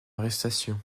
arrestation